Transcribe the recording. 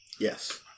Yes